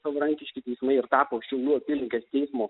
savarankiški teismai ir tapo šiaulių apylinkės teismo